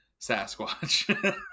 Sasquatch